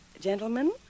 Gentlemen